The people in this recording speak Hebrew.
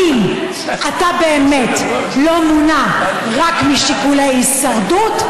אם אתה באמת לא מונע רק משיקולי הישרדות,